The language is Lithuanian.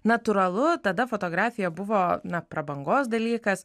natūralu tada fotografija buvo na prabangos dalykas